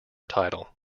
title